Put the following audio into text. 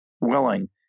willing